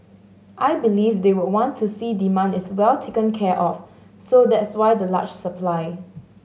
I believe they would want to see demand is well taken care of so that's why the large supply